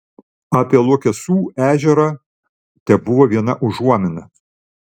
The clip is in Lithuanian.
apie luokesų ežerą tebuvo viena užuomina